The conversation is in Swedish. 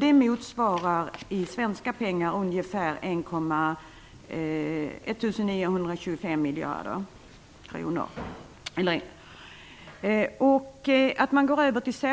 Det motsvarar ca 1 925 miljarder svenska kronor. Anledningen till att man går över till SDR